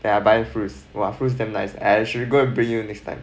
yeah I buy fruits !wah! fruits damn nice I should go and bring you next time